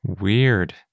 Weird